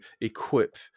equip